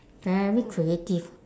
very creative